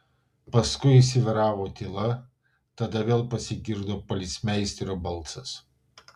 paskui įsivyravo tyla tada vėl pasigirdo policmeisterio balsas